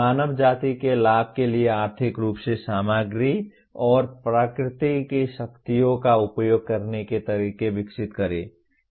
मानव जाति के लाभ के लिए आर्थिक रूप से सामग्री और प्रकृति की शक्तियों का उपयोग करने के तरीके विकसित करें